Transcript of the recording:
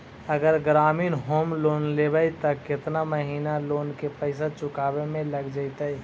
अगर ग्रामीण home loan लेबै त केतना महिना लोन के पैसा चुकावे में लग जैतै?